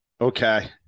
Okay